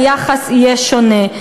אבל עדיין בהחלט היחס יהיה שונה,